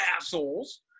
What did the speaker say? assholes